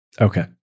Okay